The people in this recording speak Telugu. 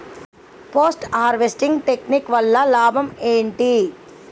పోస్ట్ హార్వెస్టింగ్ టెక్నిక్ వల్ల లాభం ఏంటి?